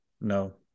No